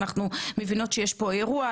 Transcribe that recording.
אנחנו מבינות שיש פה אירוע,